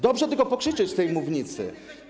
Dobrze tylko pokrzyczeć z tej mównicy.